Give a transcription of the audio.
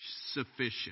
sufficient